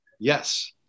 Yes